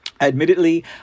Admittedly